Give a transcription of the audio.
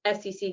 sec